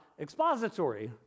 expository